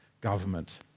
government